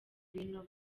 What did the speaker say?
ibintu